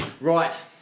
right